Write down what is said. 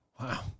Wow